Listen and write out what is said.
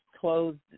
closed